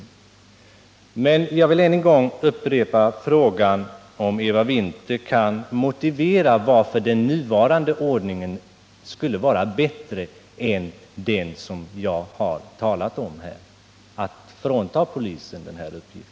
Jag vill till slut än en gång upprepa frågan, om Eva Winther kan motivera varför den nuvarande ordningen skulle vara bättre än den som jag här har talat om, dvs. att frånta polisen denna uppgift.